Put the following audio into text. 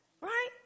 right